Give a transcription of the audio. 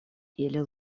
или